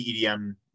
EDM